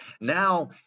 Now